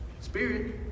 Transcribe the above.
spirit